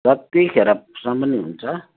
जतिखेरसम्म हुन्छ